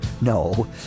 No